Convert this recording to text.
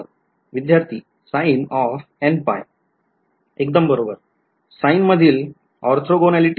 विध्यार्थी एकदम बरोबर sine मधील ऑर्थोगोनॅलिटी